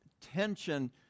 tension